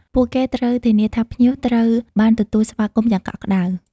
ពួកគេត្រូវធានាថាភ្ញៀវត្រូវបានទទួលស្វាគមន៍យ៉ាងកក់ក្តៅ។